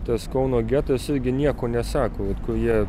tas kauno getas irgi nieko nesako ir kurie